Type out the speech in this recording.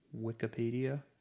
Wikipedia